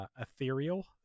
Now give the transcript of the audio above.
ethereal